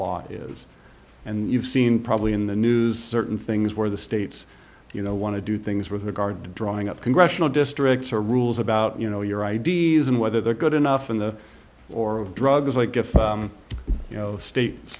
law is and you've seen probably in the news certain things where the states you know want to do things with regard to drawing up congressional districts or rules about you know your i d s and whether they're good enough in the oral drugs like if you know states